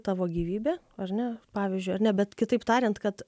tavo gyvybė ar ne pavyzdžiui ar ne bet kitaip tariant kad